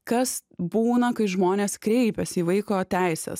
kas būna kai žmonės kreipiasi į vaiko teises